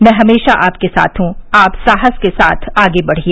मैं हमेशा आपके साथ हूँ आप साहस के साथ आगे बढ़िए